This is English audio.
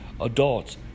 Adults